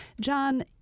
John